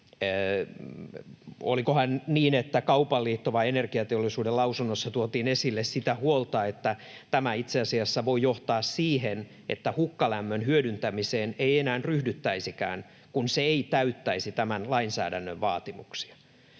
Olikohan niin, että Kaupan liiton vai Energiateollisuuden lausunnossa tuotiin esille sitä huolta, että tämä itse asiassa voi johtaa siihen, että hukkalämmön hyödyntämiseen ei enää ryhdyttäisikään, kun se ei täyttäisi tämän lainsäädännön vaatimuksia.